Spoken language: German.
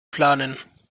planen